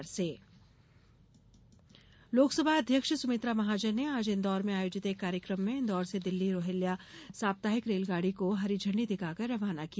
train लोकसभा अध्यक्ष सुमित्रा महाजन ने आज इन्दौर में आयोजित एक कार्यक्रम में इंदौर से दिल्ली रोहिल्या साप्ताहिक रेलगाड़ी को हरी झंडी दिखाकर रवाना किया